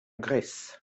grèce